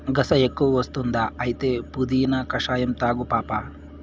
గస ఎక్కువ వస్తుందా అయితే పుదీనా కషాయం తాగు పాపా